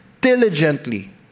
diligently